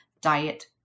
diet